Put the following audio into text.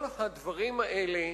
כל הדברים האלה,